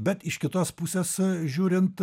bet iš kitos pusės žiūrint